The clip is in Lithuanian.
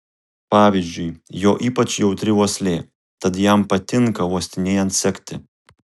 pavyzdžiui jo ypač jautri uoslė tad jam patinka uostinėjant sekti